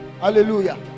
hallelujah